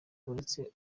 baretse